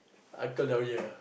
uncle down here